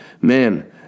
man